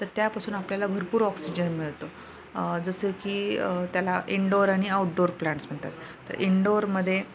तर त्यापासून आपल्याला भरपूर ऑक्सिजन मिळतो जसं की त्याला इंडोअर आणि आउटडोअर प्लाॅंट्स म्हणतात तर इनडोअरमध्ये